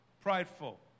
prideful